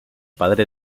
padre